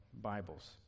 Bibles